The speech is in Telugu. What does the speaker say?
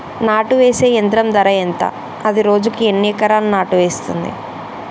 నాటు వేసే యంత్రం ధర ఎంత? అది రోజుకు ఎన్ని ఎకరాలు నాటు వేస్తుంది?